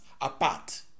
apart